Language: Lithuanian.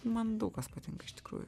man daug kas patinka iš tikrųjų